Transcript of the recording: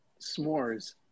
s'mores